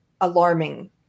alarming